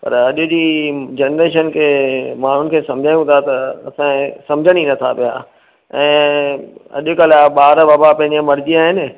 पर अॼु जी जनरेशन खे माण्हुनि खे सम्झायूं था त असांजे सम्झण ई नथा पिया ऐं अॼुकल्ह जा ॿार बाबा पंहिंजी मर्ज़ीअ जा आहिनि